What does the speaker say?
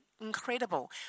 incredible